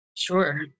Sure